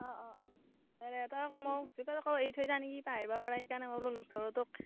অঁ অঁ অঁ নাই নাই ই আকৌ মোক পিছত আকৌ এৰি থৈ যাও নেকি পাহৰিব পাৰা সেইকাৰণে মই বোলো লগ ধৰোঁ তোক